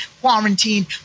quarantined